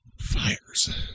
Fires